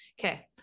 okay